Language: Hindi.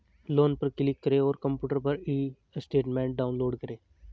लोन पर क्लिक करें और अपने कंप्यूटर पर ई स्टेटमेंट डाउनलोड करें